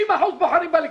90% בוחרים בליכוד.